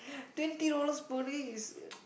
twenty dollars per day is